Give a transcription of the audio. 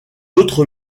autre